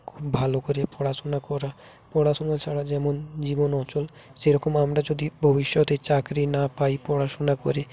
খুব ভালো করে পড়াশুনা করা পড়াশুনো ছাড়া যেমন জীবন অচল সেরকম আমরা যদি ভবিষ্যতে চাকরি না পাই পড়াশুনা করে